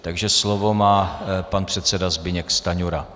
Takže slovo má pan předseda Zbyněk Stanjura.